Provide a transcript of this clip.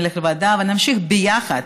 נלך לוועדה ונמשיך ביחד,